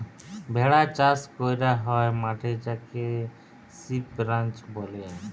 ভেড়া চাস ক্যরা হ্যয় মাঠে যাকে সিপ রাঞ্চ ব্যলে